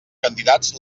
candidats